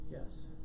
Yes